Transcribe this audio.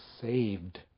saved